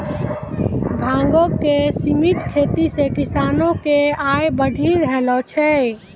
भांगो के सिमित खेती से किसानो के आय बढ़ी रहलो छै